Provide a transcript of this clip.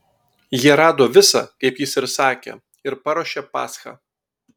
jie rado visa kaip jis sakė ir paruošė paschą